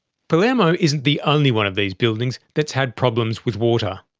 palermo isn't the only one of those buildings that's had problems with water.